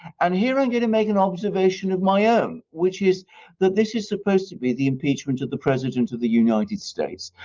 and here i'm going to make an observation of my own which is that this is supposed to be the impeachment of the president of the united states,